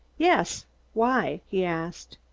yes why? he asked.